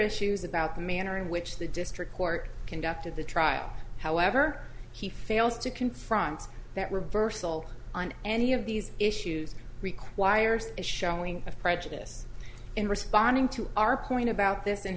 issues about the manner in which the district court conducted the trial however he fails to confront that reversal on any of these issues requires a showing of prejudice in responding to our point about this